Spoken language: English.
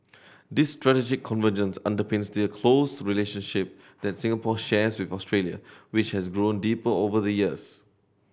this strategic convergence underpins the close relationship that Singapore shares with Australia which has grown deeper over the years